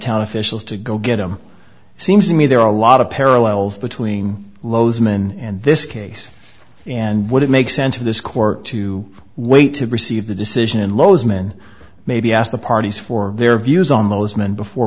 town officials to go get him seems to me there are a lot of parallels between lowe's men and this case and would it make sense for this court to wait to receive the decision loz men maybe ask the parties for their views on those men before